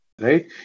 right